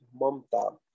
Mamta